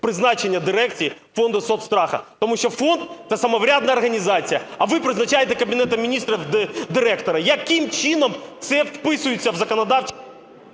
призначення дирекції Фонду соцстраху. Тому що фонд – це самоврядна організація. А ви призначаєте Кабінет Міністрів директором. Яким чином це вписується в законо…